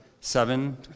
seven